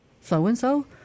so-and-so